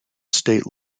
state